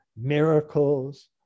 miracles